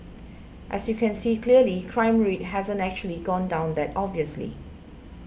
as you can see clearly crime rate hasn't actually gone down that obviously